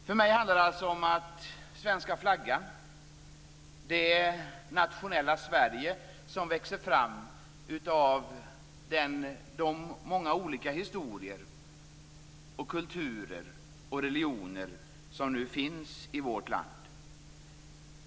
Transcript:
För mig handlar svenska flaggan om det nationella Sverige som växer fram av de många olika historier, kulturer och religioner som nu finns i vårt land.